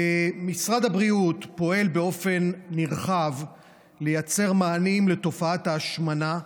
משרד הבריאות פועל באופן נרחב לייצר מענים לתופעת ההשמנה,